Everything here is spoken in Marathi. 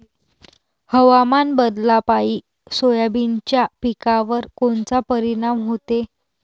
हवामान बदलापायी सोयाबीनच्या पिकावर कोनचा परिणाम होते?